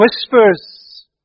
whispers